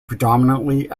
predominantly